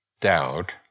doubt